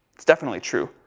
it's definitely true.